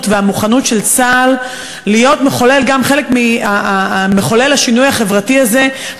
והמוכנות של צה"ל להיות מחולל השינוי החברתי הזה,